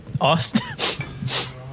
Austin